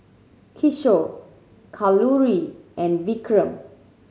Kishore Kalluri and Vikram